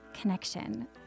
connection